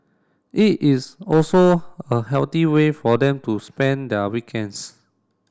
it is also a healthy way for them to spend their weekends